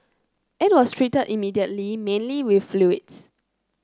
it was treated immediately mainly with fluids